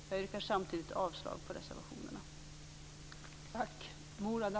Jag yrkar samtidigt avslag på reservationerna.